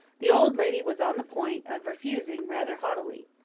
the old lady was on the point of refusing rather haughtily.